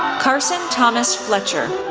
carson thomas fletcher,